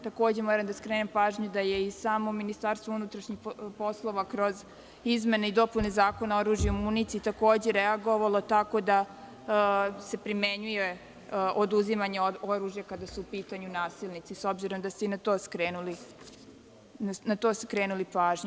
Takođe moram da skrenem pažnju da je i samo Ministarstvo unutrašnjih poslova kroz izmene i dopune Zakona o oružju i municiji takođe reagovalo tako da se primenjuje oduzimanje oružja kada su u pitanju nasilnici, s obzirom da ste i na to skrenuli pažnju.